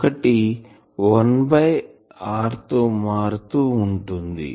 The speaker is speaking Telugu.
ఒకటి 1 బై r తో మారుతూ ఉంటుంది